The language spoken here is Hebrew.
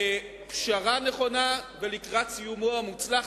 לפשרה נכונה ולקראת סיומו המוצלח.